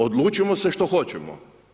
Odlučimo se što hoćemo.